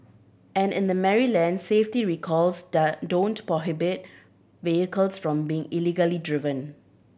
and in the Maryland safety recalls the don't prohibit vehicles from being legally driven